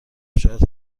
شاید